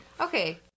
Okay